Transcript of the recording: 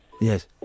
Yes